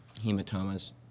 hematomas